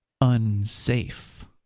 unsafe